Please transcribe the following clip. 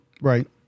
Right